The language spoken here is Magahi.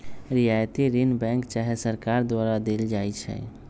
रियायती ऋण बैंक चाहे सरकार द्वारा देल जाइ छइ